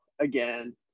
again